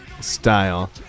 style